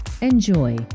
Enjoy